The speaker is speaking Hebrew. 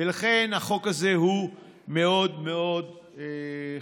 לכן החוק הזה הוא מאוד מאוד חשוב.